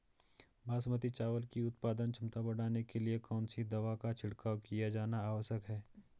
बासमती चावल की उत्पादन क्षमता बढ़ाने के लिए कौन सी दवा का छिड़काव किया जाना आवश्यक है?